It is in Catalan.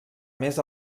més